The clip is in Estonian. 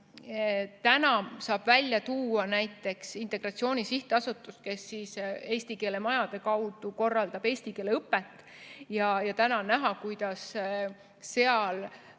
saab välja tuua näiteks Integratsiooni Sihtasutust, kes eesti keele majade kaudu korraldab eesti keele õpet. On näha, kuidas seal